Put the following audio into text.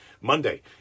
Monday